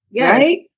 right